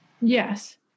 yes